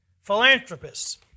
Philanthropists